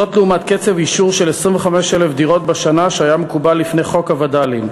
לעומת קצב אישור של 25,000 דירות בשנה שהיה מקובל לפני חוק הווד"לים.